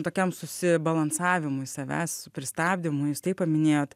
tokiam susibalansavimui savęs pristabdymui jūs tai paminėjot